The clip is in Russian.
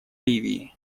ливии